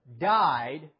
died